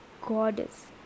goddess